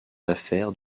affaires